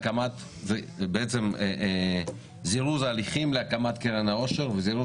זה זירוז ההליכים להקמת קרן העושר וזירוז